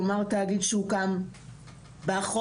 כלומר תאגיד שהוקם בחוק.